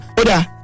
oda